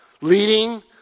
leading